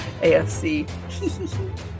AFC